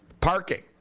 parking